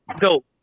Go